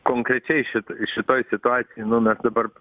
konkrečiai šit šitoj situacijoj nu mes dabar